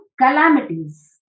calamities